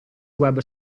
web